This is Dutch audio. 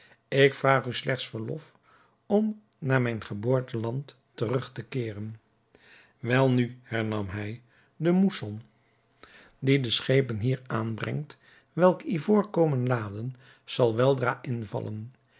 ik vraag u slechts verlof om naar mijn geboorteland terug te keeren welnu hernam hij de mousson die de schepen hier aanbrengt welke ivoor komen laden zal weldra invallen